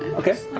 okay,